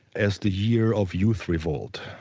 as the year of youth revolt.